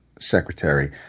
secretary